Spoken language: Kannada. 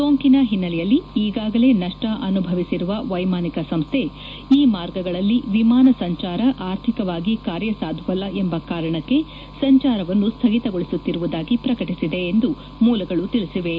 ಸೋಂಕಿನ ಹಿನ್ನೆಲೆಯಲ್ಲಿ ಈಗಾಗಾಲೇ ನಷ್ಟ ಅನುಭವಿಸಿರುವ ವೈಮಾನಿಕ ಸಂಸ್ಥೆ ಈ ಮಾರ್ಗಗಳಲ್ಲಿ ವಿಮಾನ ಸಂಚಾರ ಅರ್ಥಿಕವಾಗಿ ಕಾರ್ಯಸಾಧುವಲ್ಲ ಎಂಬ ಕಾರಣಕ್ಕೆ ಸಂಚಾರವನ್ನು ಸ್ಥಗಿತಗೊಳಿಸುತ್ತಿರುವುದಾಗಿ ಪ್ರಕಟಿಸಿದೆ ಎಂದು ಮೂಲಗಳು ತಿಳಿಸಿವೆ